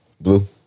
Blue